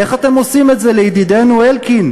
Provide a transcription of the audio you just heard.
איך אתם עושים את זה לידידנו אלקין,